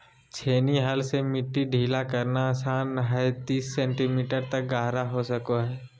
छेनी हल से मिट्टी ढीला करना आसान हइ तीस सेंटीमीटर तक गहरा हो सको हइ